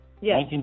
Yes